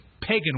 pagan